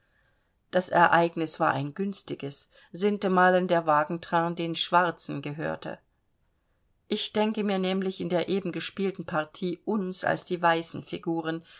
das ereignis war ein günstiges sintemalen der wagentrain den schwarzen gehörte ich denke mir nämlich in der eben gespielten partie uns als die weißen figuren